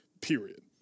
period